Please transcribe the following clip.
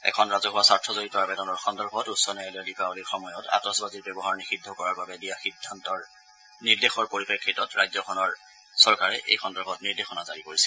এখন ৰাজহুৱা স্বাৰ্থ জড়িত আৱেদনৰ সন্দৰ্ভত উচ্চ ন্যায়ালয়ে দীপাৱলীৰ সময়ত আতচবাজীৰ ব্যৱহাৰ নিষিদ্ধ কৰাৰ বাবে দিয়া নিৰ্দেশৰ পৰিপ্ৰেক্ষিতত ৰাজ্যখনৰ চৰকাৰে এই সন্দৰ্ভত নিৰ্দেশনা জাৰি কৰিছে